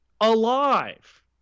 alive